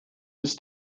ist